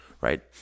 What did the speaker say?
Right